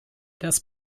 das